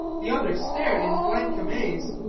the other stared in blank amaze.